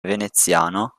veneziano